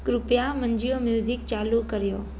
कृपया मुंहिंजो म्युज़िक चालू करियो